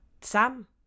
Sam